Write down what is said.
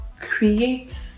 create